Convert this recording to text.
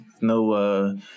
No